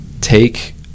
take